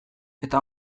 eta